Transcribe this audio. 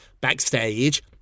backstage